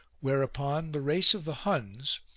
whereupon the race of the huns,